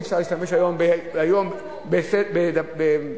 אי-אפשר להשתמש היום -- בצדק גמור